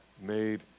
made